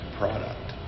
product